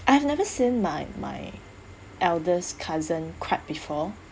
I have never seen my my eldest cousin cried before